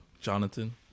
jonathan